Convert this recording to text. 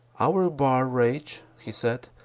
our bar rage, he said,